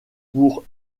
pour